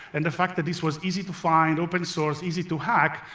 and the fact that this was easy to find, open-source, easy to hack,